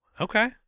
Okay